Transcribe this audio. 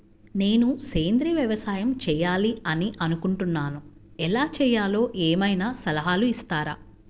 నేను సేంద్రియ వ్యవసాయం చేయాలి అని అనుకుంటున్నాను, ఎలా చేయాలో ఏమయినా సలహాలు ఇస్తారా?